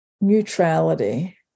neutrality